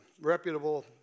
reputable